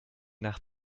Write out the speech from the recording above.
nach